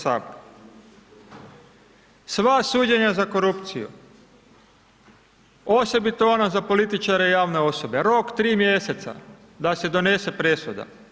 Sva suđenja za korupciju, osobito ona za političare i javne osobe, rok 3 mjeseca da se donese presuda.